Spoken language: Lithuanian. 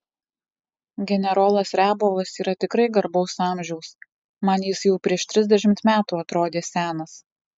generolas riabovas yra tikrai garbaus amžiaus man jis jau prieš trisdešimt metų atrodė senas